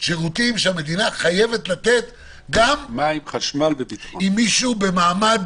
שירותים שהמדינה חייבת לתת גם אם מישהו במעמד